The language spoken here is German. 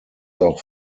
auch